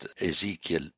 Ezekiel